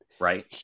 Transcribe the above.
Right